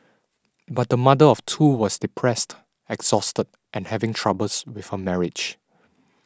but the mother of two was depressed exhausted and having troubles with her marriage